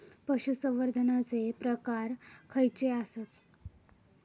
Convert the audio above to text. पशुसंवर्धनाचे प्रकार खयचे आसत?